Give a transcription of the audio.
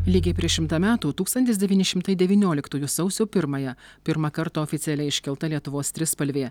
lygiai prieš šimtą metų tūkstantis devyni šimtai devynioliktųjų sausio pirmąją pirmą kartą oficialiai iškelta lietuvos trispalvė